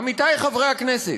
עמיתי חברי הכנסת,